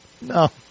no